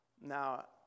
Now